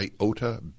iota